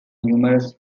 numerous